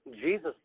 Jesus